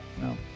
no